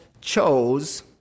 chose